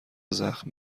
زخم